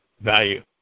value